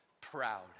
proud